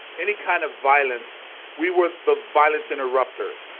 any kind of violence we were the violence interrupters.